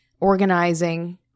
organizing